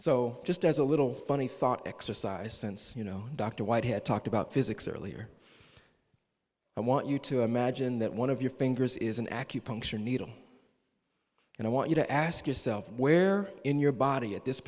so just as a little funny thought exercise sense you know dr white had talked about physics earlier i want you to imagine that one of your fingers is an acupuncture needle and i want you to ask yourself where in your body at this